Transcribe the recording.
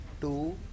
two